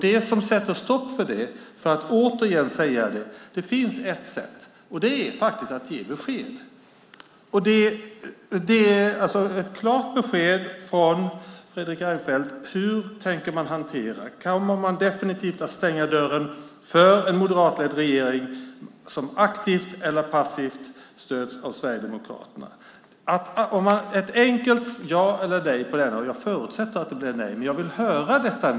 Det finns ett sätt att sätta stopp för det, och det är att ge besked - ett klart besked från Fredrik Reinfeldt om hur man tänker hantera det. Kommer man definitivt att stänga dörren för en moderatledd regering som aktivt eller passivt stöds av Sverigedemokraterna? Ett enkelt ja eller nej på den frågan - jag förutsätter att det blir ett nej - vill jag höra.